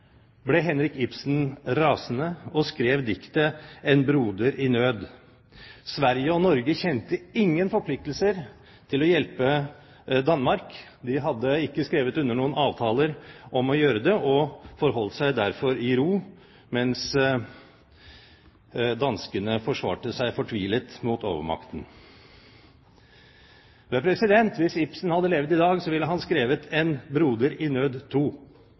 ble Henrik Ibsen rasende og skrev diktet «En broder i nød». Sverige og Norge kjente ingen forpliktelser til å hjelpe Danmark. De hadde ikke skrevet under noen avtaler om å gjøre det, og forholdt seg derfor i ro mens danskene forsvarte seg fortvilet mot overmakten. Men hvis Ibsen hadde levd i dag, ville han ha skrevet «En broder i nød